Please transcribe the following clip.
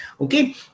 Okay